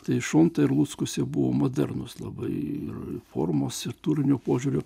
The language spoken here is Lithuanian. tai šomta ir luckus buvo modernūs labai ir formos ir turinio požiūriu